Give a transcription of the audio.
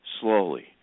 slowly